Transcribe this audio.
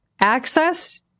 access